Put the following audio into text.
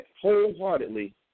wholeheartedly